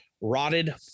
rotted